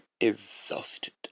exhausted